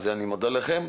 אני מודה לכם.